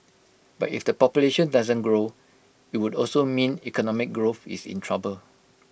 but if the population doesn't grow IT would also mean economic growth is in trouble